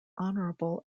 honorable